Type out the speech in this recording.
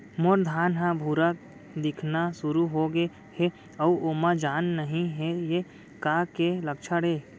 मोर धान ह भूरा दिखना शुरू होगे हे अऊ ओमा जान नही हे ये का के लक्षण ये?